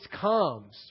comes